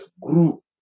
grew